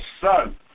son